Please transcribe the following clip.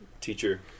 teacher